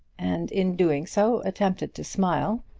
and in doing so attempted to smile,